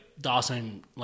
Dawson